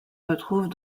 retrouvent